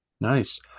Nice